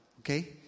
okay